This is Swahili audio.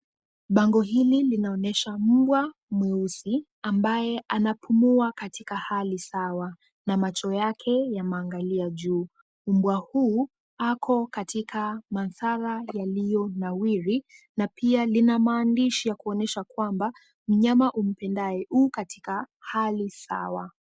Pango hili linaonyesha mbwa mweusi ambaye anapumua katika hali sawa na macho yake yameangalia juu. Mbwa huu ako katika madhara yaliyonawiri na pia lina maandishi ya kuonyesha kwamba mnyama humpendaye huu katika hali sawa.